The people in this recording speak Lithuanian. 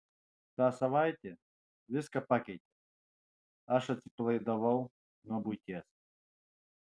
ta savaitė viską pakeitė aš atsipalaidavau nuo buities